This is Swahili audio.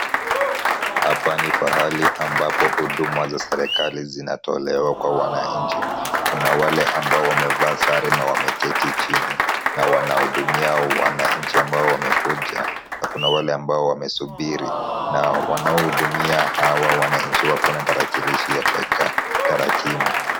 Hapa ni pahali ambapo huduma za serikali zinatolewa kwa wananchi. Kuna wale ambao wamevaa sare na wameketi chini na wanahudumia wananchi ambao wamekuja na kuna wale ambao wamesubiri na wanaohudumia hawa wananchi wako na tarakilishi ya kueka tarakimu.